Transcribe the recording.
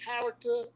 character